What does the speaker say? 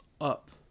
up